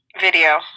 video